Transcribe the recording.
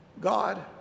God